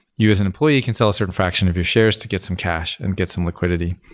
you as an employee can sell a certain fraction of your shares to get some cash and get some liquidity.